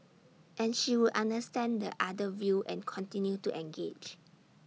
and she would understand the other view and continue to engage